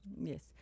Yes